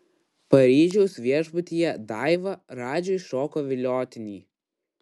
paryžiaus viešbutyje daiva radžiui šoko viliotinį